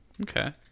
Okay